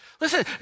Listen